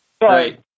Right